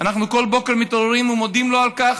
אנחנו בכל בוקר מתעוררים ומודים לו על כך,